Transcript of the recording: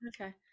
Okay